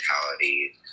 mentality